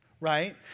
right